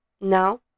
Now